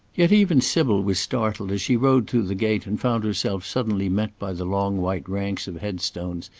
yet even sybil was startled as she rode through the gate and found herself suddenly met by the long white ranks of head-stones,